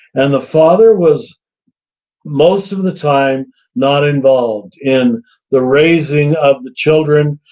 and the father was most of the time not involved in the raising of the children,